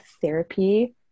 therapy